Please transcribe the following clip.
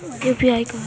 UPI का है?